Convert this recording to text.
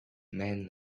men